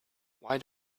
why